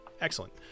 excellent